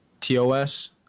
tos